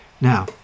Now